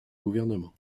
gouvernement